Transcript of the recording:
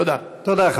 תודה.